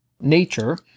nature